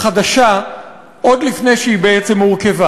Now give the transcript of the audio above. החדשה, עוד לפני שהיא בעצם הורכבה.